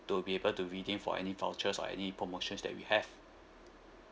to be able to redeem for any vouchers or any promotions that we have